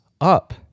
up